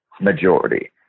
majority